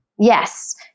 Yes